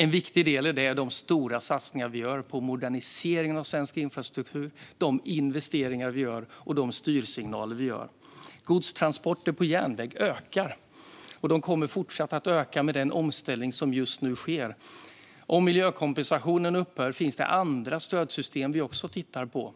En viktig del i det är de stora satsningar vi gör på moderniseringen av svensk infrastruktur, de investeringar vi gör och de styrsignaler vi skickar ut. Godstransporter på järnväg ökar, och de kommer att fortsätta öka med den omställning som just nu sker. Om miljökompensationen upphör finns det andra stödsystem som vi också tittar på.